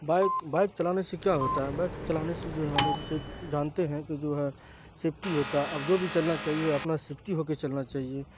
bike bike چلانے سے کیا ہوتا ہے بائک چلانے سے جو ہے ہم لوگ صرف جانتے ہیں کہ جو ہے سیفٹی ہوتا اب جو بھی چلنا چاہیے اپنا سیفٹی ہو کے چلنا چاہیے